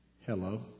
Hello